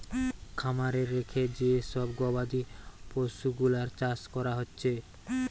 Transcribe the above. খামারে রেখে যে সব গবাদি পশুগুলার চাষ কোরা হচ্ছে